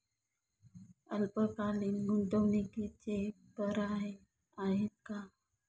अल्पकालीन गुंतवणूकीचे पर्याय आहेत का?